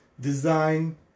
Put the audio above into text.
design